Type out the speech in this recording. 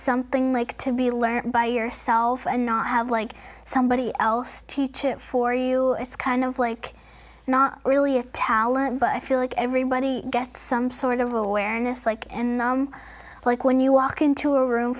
something like to be learned by yourself and not have like somebody else teach it for you it's kind of like not really a talent but i feel like everybody gets some sort of awareness like in like when you walk into a room